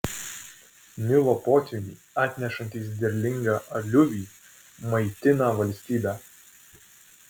nilo potvyniai atnešantys derlingą aliuvį maitina valstybę